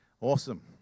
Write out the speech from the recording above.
Awesome